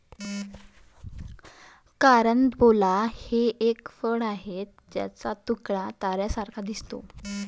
carambola हे एक फळ आहे ज्याचा तुकडा ताऱ्यांसारखा दिसतो